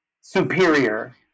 superior